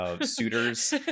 suitors